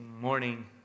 morning